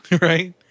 Right